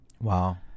Wow